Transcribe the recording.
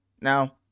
Now